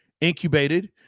Incubated